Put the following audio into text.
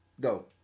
Go